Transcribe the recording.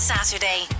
Saturday